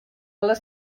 les